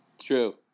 true